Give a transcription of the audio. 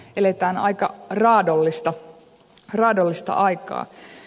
eletään aika raadollista aikaa